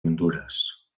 hondures